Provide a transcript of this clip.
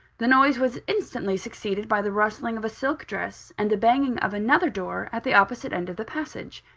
the noise was instantly succeeded by the rustling of a silk dress, and the banging of another door, at the opposite end of the passage.